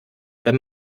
wenn